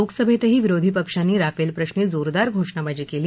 लोकसभेतही विरोधी पक्षांनी राफेलप्रश्री जोरदार घोषणाबाजी केली